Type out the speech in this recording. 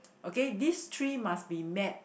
okay these three must be met